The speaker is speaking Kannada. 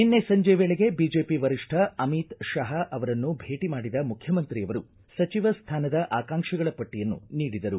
ನಿನ್ನೆ ಸಂಜೆ ವೇಳೆಗೆ ಬಿಜೆಪಿ ವರಿಷ್ಠ ಅಮಿತ್ ಶಹಾ ಅವರನ್ನು ಭೇಟಿ ಮಾಡಿದ ಮುಖ್ಯಮಂತ್ರಿಯವರು ಸಚಿವ ಸ್ಥಾನದ ಆಕಾಂಕ್ಷಿಗಳ ಪಟ್ಟಿಯನ್ನು ನೀಡಿದರು